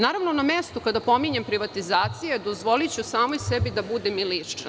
Naravno, na mestu kada pominjem privatizaciju, dozvoliću samoj sebi da budem i lična.